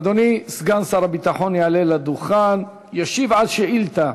אדוני סגן שר הביטחון יעלה לדוכן, ישיב על שאילתה